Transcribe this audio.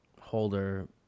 holder